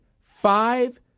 five